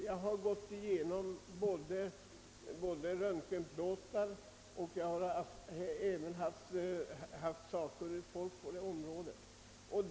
Jag har granskat röntgenplåtarna och talat med sakkunniga på området.